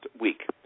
week